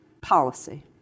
policy